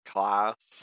class